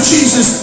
Jesus